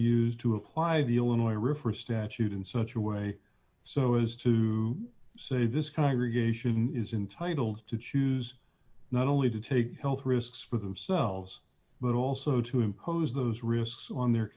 use to apply viewing or refer statute in such a way so as to say this congregation is entitle to choose not only to take health risks for themselves but also to impose those risks on their